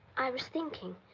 i was thinking.